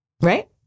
right